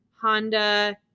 Honda